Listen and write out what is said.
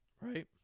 right